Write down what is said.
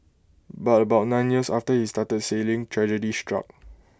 but about nine years after he started sailing tragedy struck